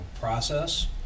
process